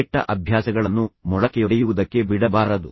ಕೆಟ್ಟ ಅಭ್ಯಾಸಗಳನ್ನು ಮೊಳಕೆಯೊಡೆಯುವುದಕ್ಕೆ ಬಿಡಬಾರದು